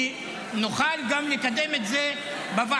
כי נוכל גם לקדם את זה בוועדות